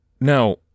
Now